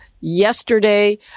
Yesterday